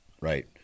Right